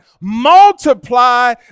Multiply